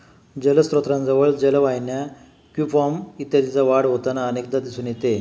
जलस्त्रोतांजवळ जलवाहिन्या, क्युम्पॉर्ब इत्यादींची वाढ होताना अनेकदा दिसून येते